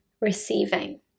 receiving